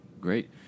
Great